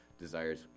desires